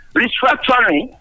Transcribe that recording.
restructuring